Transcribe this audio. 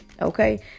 Okay